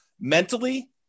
mentally